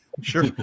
Sure